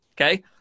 Okay